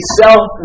self